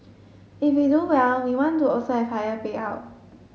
if we do well we want to also have higher payout